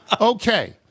Okay